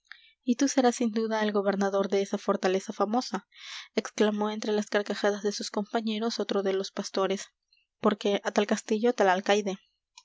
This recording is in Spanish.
y tú serás sin duda el gobernador de esa fortaleza famosa exclamó entre las carcajadas de sus compañeros otro de los pastores porque á tal castillo tal alcaide